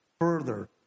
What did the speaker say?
further